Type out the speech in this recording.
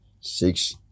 six